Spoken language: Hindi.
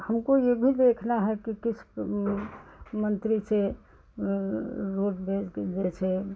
हमको ये भी देखना है किस मन्त्री से रोडवेज़ के जैसे